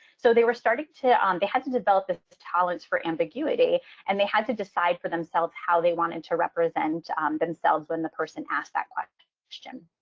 so they were starting to um they had to develop the tolerance for ambiguity and they had to decide for themselves how they wanted to represent themselves when the person asked that question,